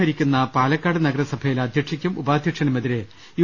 ഭരിക്കുന്ന പാലക്കാട് നഗരസഭയിലെ അധ്യക്ഷക്കും ഉപാധ്യക്ഷനുമെതിരെ യു